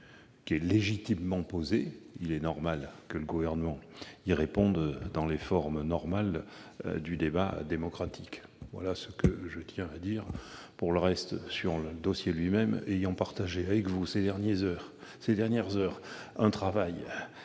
sujet est légitimement posé, et il est normal que le Gouvernement y réponde dans les formes normales du débat démocratique. Pour le reste, sur le dossier lui-même, ayant partagé avec vous ces dernières heures, pour